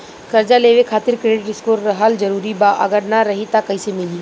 कर्जा लेवे खातिर क्रेडिट स्कोर रहल जरूरी बा अगर ना रही त कैसे मिली?